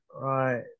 right